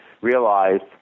realized